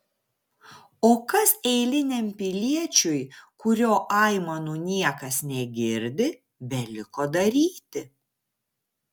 o kas eiliniam piliečiui kurio aimanų niekas negirdi beliko daryti